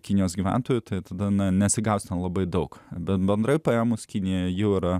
kinijos gyventojų tai tada nesigaus labai daug bet bendrai paėmus kinijoje jūra